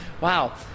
wow